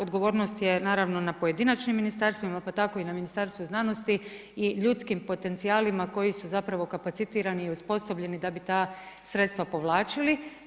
Odgovornost je naravno na pojedinačnim ministarstvima, pa tako i na Ministarstvu znanosti i na ljudskim potencijalima koji su zapravo kapacitirani i osposobljeni da bi ta sredstava povlačili.